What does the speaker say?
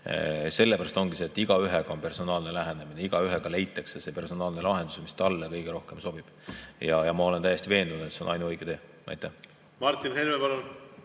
Sellepärast ongi igaühele personaalne lähenemine. Igaühega leitakse see personaalne lahendus, mis talle kõige rohkem sobib. Ja ma olen täiesti veendunud, et see on ainuõige tee. Martin Helme, palun!